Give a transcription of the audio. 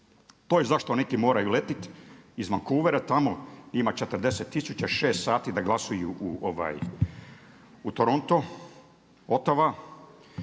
To je zašto neki moraju letjeti tamo i Vancouver tamo ima 40 tisuća, 6 sati da glasuju u Toronto, Ottawa.